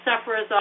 sufferers